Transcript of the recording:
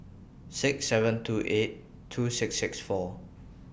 six seven two eight two six six four